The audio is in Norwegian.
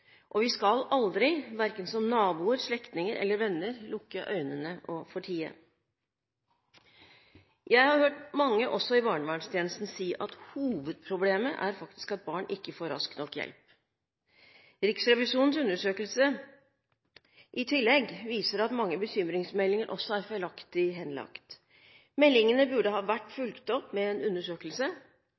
og vi skal aldri – verken som naboer, slektninger eller venner – lukke øynene og tie. Jeg har hørt mange – også i barnevernstjenesten – si at hovedproblemet faktisk er at barn ikke får raskt nok hjelp. Riksrevisjonens undersøkelse viser i tillegg også at mange bekymringsmeldinger er feilaktig henlagt. Meldingene burde vært fulgt opp med en undersøkelse.